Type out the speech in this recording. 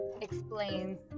explains